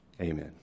amen